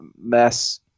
mess